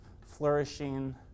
flourishing